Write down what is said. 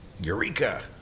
Eureka